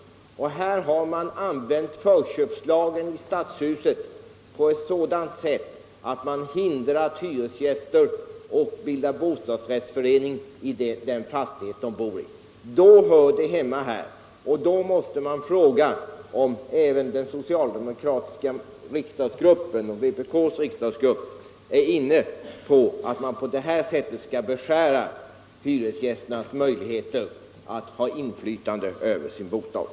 Här har man använt förköpslagen i stadshuset på ett sådant sätt att man hindrat hyresgäster från att bilda bostadsrättsförening i den fastighet där de bor. Då hör detta hemma här, och då måste man fråga om även den socialdemokratiska riksdagsgruppen och vpk:s riksdagsgrupp är inne på att man på detta sätt skall beskära hyresgästernas möjligheter att få inflytande över sin bostad.